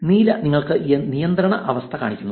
നീല നിങ്ങൾക്ക് നിയന്ത്രണ അവസ്ഥ കാണിക്കുന്നു